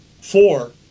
four